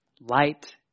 Light